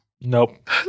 Nope